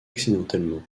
accidentellement